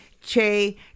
Che